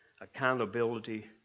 accountability